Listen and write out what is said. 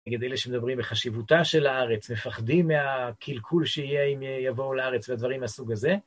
נגד אלה שמדברים בחשיבותה של הארץ, מפחדים מהקלקול שיהיה אם יבואו לארץ ודברים מהסוג הזה?